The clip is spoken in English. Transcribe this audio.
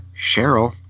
cheryl